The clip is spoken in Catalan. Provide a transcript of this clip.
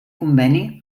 conveni